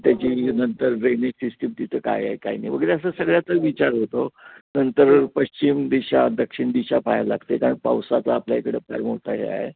त्याची नंतर drainage system तिथं काय काय नाही वगैरे असं सगळ्याचा विचार होतो नंतर पश्चिम दिशा दक्षिण दिशा पाहायला लागते कारण पावसाचा आपल्या इकडं फार मोठा हे आहे